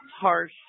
harsh